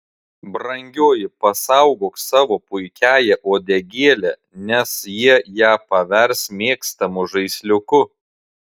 brangioji pasaugok savo puikiąją uodegėlę nes jie ją pavers mėgstamu žaisliuku